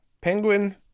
Penguin